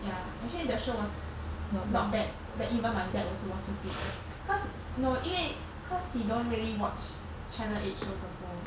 ya actually the show was not bad that even my dad also watches it cause no 因为 cause he don't really watch channel eight shows also